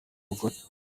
mugore